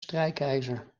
strijkijzer